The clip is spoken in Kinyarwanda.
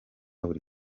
buri